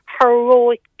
heroic